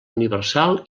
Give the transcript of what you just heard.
universal